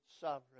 sovereign